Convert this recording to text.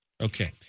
Okay